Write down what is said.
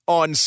on